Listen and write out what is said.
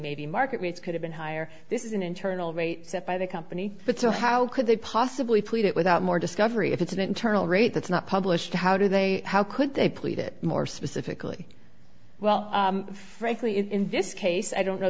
may be market rates could have been higher this is an internal rate set by the company but so how could they possibly put it without more discovery if it's an internal rate that's not published how do they how could they plead it more specifically well frankly in this case i don't know